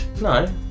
No